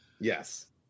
Yes